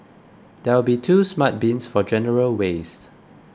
there will be two smart bins for general waste